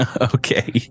Okay